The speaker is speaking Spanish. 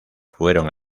fueron